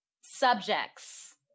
subjects